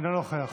אינו נוכח